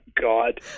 God